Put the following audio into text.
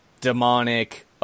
demonic